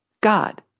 God